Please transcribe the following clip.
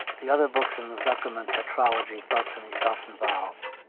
the other books in the zuckerman tetrology felt, to me, self-involved.